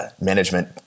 management